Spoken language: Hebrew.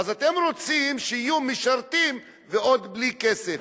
אז אתם רוצים שיהיו משרתים ועוד בלי כסף,